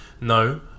No